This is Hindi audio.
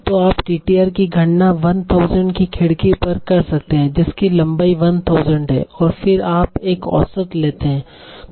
तो आप टीटीआर की गणना 1000 की खिड़की पर करते हैं जिसकी लंबाई 1000 है और फिर आप एक औसत लेते हैं